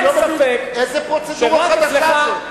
אני לא מבין איזו פרוצדורה חדשה זאת.